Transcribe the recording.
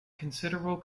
considerable